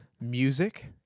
Music